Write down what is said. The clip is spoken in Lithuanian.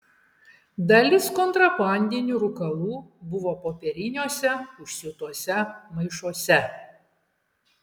dalis kontrabandinių rūkalų buvo popieriniuose užsiūtuose maišuose